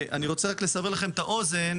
אני רוצה רק לסבר לכם את האוזן: